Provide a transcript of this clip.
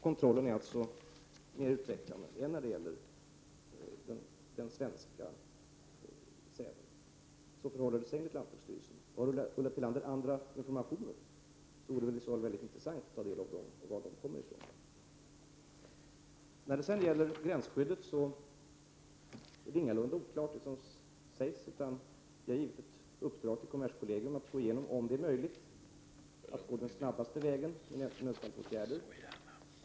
Kontrollen är mer utvecklad där än när det gäller den svenska säden. Så förhåller det sig enligt lantbruksstyrelsen. Om Ulla Tillander har annan information vore det intressant att få ta del av den och få veta varifrån den kommer. När det sedan gäller gränsskyddet är det som sägs ingalunda oklart. Vi har givit ett uppdrag till kommerskollegium att undersöka om det är möjligt att gå den snabbaste vägen och vidta nödfallsåtgärder.